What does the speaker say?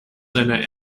seiner